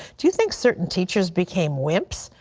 do you think certain teachers became wimps?